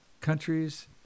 countries